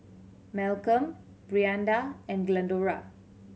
Malcolm Brianda and Glendora